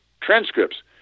transcripts